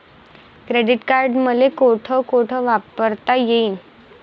Credit card मले कोठ कोठ वापरता येईन?